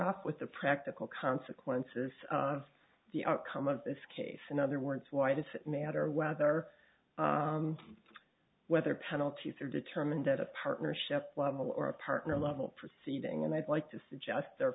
off with the practical consequences of the outcome of this case in other words why does it matter whether whether penalties are determined at a partnership level or a partner level proceeding and i'd like to suggest there